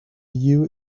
you